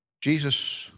Jesus